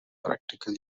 practical